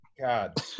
God